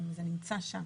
זה נמצא שם